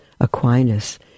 Aquinas